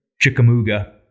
Chickamauga